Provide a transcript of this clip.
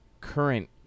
current